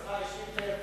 אצלך אישית,